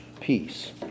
peace